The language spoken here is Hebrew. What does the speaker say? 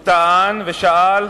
הוא טען ושאל: